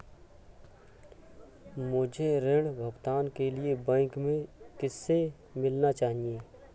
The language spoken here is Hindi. मुझे ऋण भुगतान के लिए बैंक में किससे मिलना चाहिए?